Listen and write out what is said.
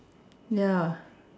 ya